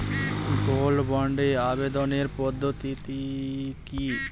Gold বন্ডে আবেদনের পদ্ধতিটি কি?